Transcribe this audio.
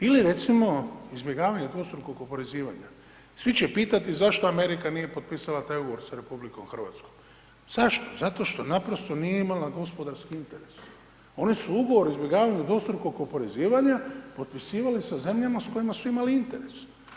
Ili recimo izbjegavanje dvostrukog oporezivanja, svi će pitati zašto Amerika nije potpisala taj ugovor s RH, zašto, zato što naprosto nije imala gospodarski interes, oni su ugovor o izbjegavanju dvostrukog oporezivanja potpisivali sa zemljama s kojima su imali interes.